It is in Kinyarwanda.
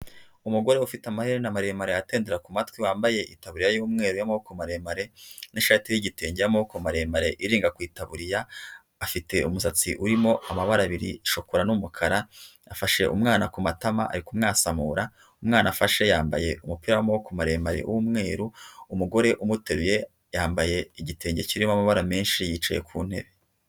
Umugore ufite amaherena maremare atendera ku matwi wambaye itaburiya y'umweruamaboko maremare n'ishati y'gitenge amaboko maremare irinda ku itaburiya afite umusatsi urimo amabara abiri shokora n'umukara yafashe umwana ku matama ari kumwasamura umwana afashe yambaye umupira w'amaboko maremare y'umweru umugore umuteruye yambaye igitenge kirimo amabara menshi yicaye ku ntebe.